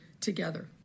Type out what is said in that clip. together